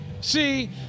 See